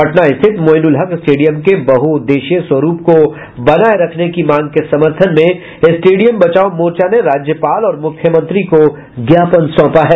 पटना स्थित मोईनुल हक स्टेडियम के बहुउद्देशीय स्वरूप को बनाये रखने की मांग के समर्थन में स्टेडियम बचाओ मोर्चा ने राज्यपाल और मुख्यमंत्री को ज्ञापन सौंपा है